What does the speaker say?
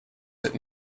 that